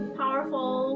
powerful